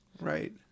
Right